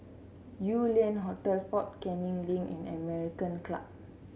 Yew Lian Hotel Fort Canning Link and American Club